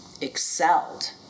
excelled